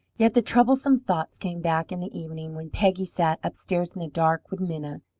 yet the troublesome thoughts came back in the evening, when peggy sat upstairs in the dark with minna,